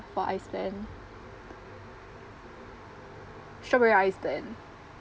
for ice blend strawberry ice blend